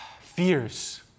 fears